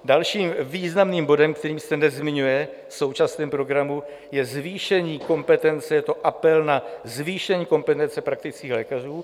Dalším významným bodem, který se nezmiňuje v současném programu, je zvýšení kompetence je to apel na zvýšení kompetence praktických lékařů.